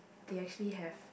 they actually have